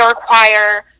require